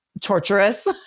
torturous